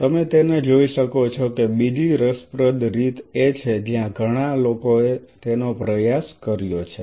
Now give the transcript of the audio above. તમે તેને જોઈ શકો છો બીજી રસપ્રદ રીત એ છે જ્યાં ઘણા લોકોએ તેનો પ્રયાસ કર્યો છે